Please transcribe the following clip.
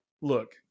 Look